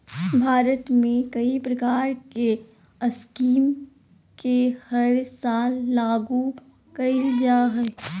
भारत में कई प्रकार के स्कीम के हर साल लागू कईल जा हइ